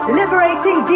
liberating